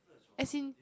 as in